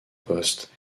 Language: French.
poste